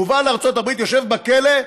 מובל לארצות הברית, יושב בכלא.